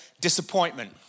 disappointment